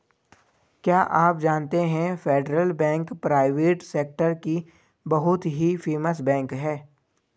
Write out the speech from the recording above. क्या आप जानते है फेडरल बैंक प्राइवेट सेक्टर की बहुत ही फेमस बैंक है?